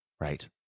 right